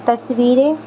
تصویریں